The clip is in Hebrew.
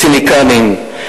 ציניקנים,